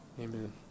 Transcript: Amen